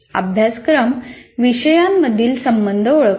अभ्यासक्रम विषयांमधील संबंध ओळखतो